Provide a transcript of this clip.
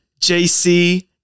JC